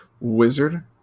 Wizard